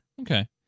Okay